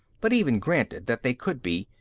but even granting that they could be,